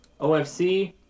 OFC